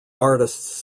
artists